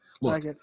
Look